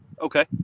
Okay